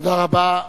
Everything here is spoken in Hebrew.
תודה רבה.